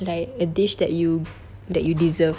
like a dish that you that you deserve